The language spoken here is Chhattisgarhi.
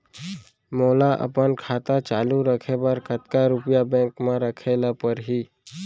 मोला अपन खाता चालू रखे बर कतका रुपिया बैंक म रखे ला परही?